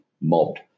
mobbed